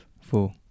Four